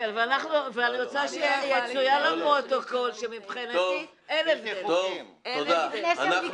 ואני רוצה שיצוין לפרוטוקול שמבחינתי אין הבדל ביניהם,